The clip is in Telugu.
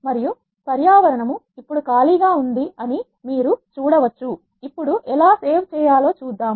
మరియు పర్యావరణం ఇప్పుడు డు ఖాళీగా ఉందని మీరు చూడవచ్చు ఇప్పుడు ఎలా సేవ్ చేయాలో చూద్దాం